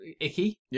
icky